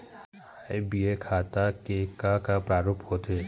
आय व्यय खाता के का का प्रारूप होथे?